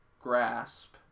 grasp